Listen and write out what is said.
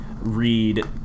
read